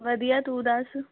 ਵਧੀਆ ਤੂੰ ਦੱਸ